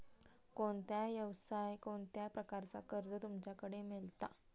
कोणत्या यवसाय कोणत्या प्रकारचा कर्ज तुमच्याकडे मेलता?